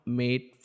made